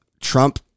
Trump